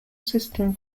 system